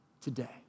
today